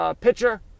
pitcher